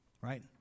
right